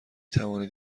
توانید